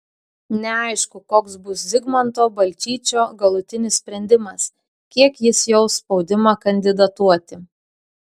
neaišku koks bus zigmanto balčyčio galutinis sprendimas kiek jis jaus spaudimą kandidatuoti